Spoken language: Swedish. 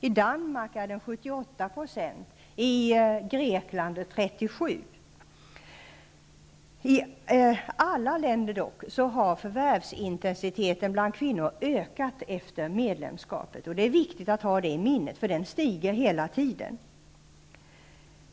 I Danmark är förvärvsfrekvensen för kvinnor 78 %, medan den i Grekland ligger på 37 %. I alla länder har dock förvärvsintensiteten bland kvinnor ökat efter medlemskapet. Det är viktigt att ha detta i minnet, och förvärvsfrekvensen stiger hela tiden.